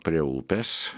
prie upės